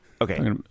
Okay